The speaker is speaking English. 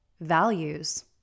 values